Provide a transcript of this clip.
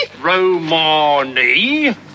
Romani